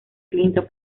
clinton